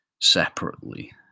separately